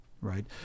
right